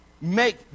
Make